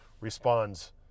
responds